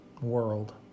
world